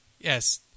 yes